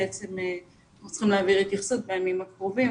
בעצם אנחנו צריכים להעביר התייחסות בימים הקרובים,